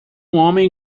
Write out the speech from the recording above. homem